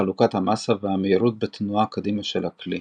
חלוקת המסה והמהירות בתנועה קדימה של הכלי.